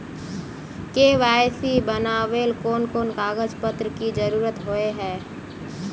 KYC बनावेल कोन कोन कागज पत्र की जरूरत होय है?